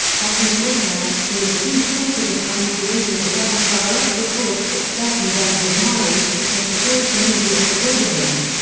one week later, he accused woodford of having created a gang of direct reports that circumvented mori, his supposed immediate subordinate.